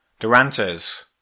Durantes